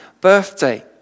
birthday